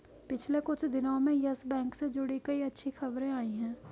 पिछले कुछ दिनो में यस बैंक से जुड़ी कई अच्छी खबरें आई हैं